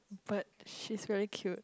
but she's very cute